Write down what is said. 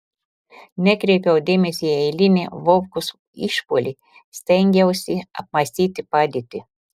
nekreipiau dėmesio į eilinį vovkos išpuolį stengiausi apmąstyti padėtį